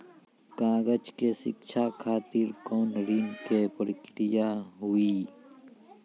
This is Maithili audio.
कालेज के शिक्षा खातिर कौन ऋण के प्रक्रिया हुई?